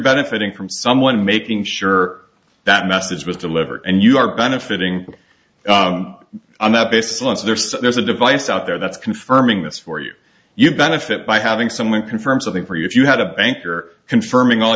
benefiting from someone making sure that message was delivered and you are benefiting on that basis once they're so there's a device out there that's confirming this for you you benefit by having someone confirm something for you if you had a banker confirming all